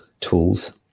tools